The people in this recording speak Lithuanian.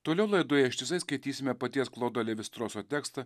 toliau laidoje ištisai skaitysime paties klodo levi stroso tekstą